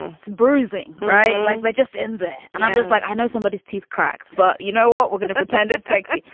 and it's bruising, right. and like they're just in there. and i'm just like, i know somebodies teeth cracked but you know what? we're gonna pretend it's sexy.